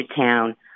Town